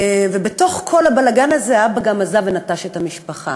ובתוך כל הבלגן הזה האבא גם נטש ועזב את המשפחה